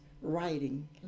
writing